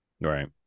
Right